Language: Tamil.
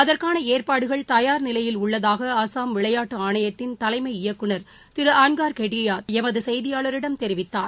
அதற்கான ஏற்பாடுகள் தயார் நிலையில் உள்ளதாக அஸ்ஸாம் விளையாட்டு ஆணையத்தின் தலைமை இயக்குநர் திரு ஆன்கார் கெடயா எமது செய்தியாளரிடம் தெரிவித்துள்ளார்